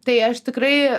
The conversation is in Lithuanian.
tai aš tikrai